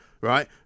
right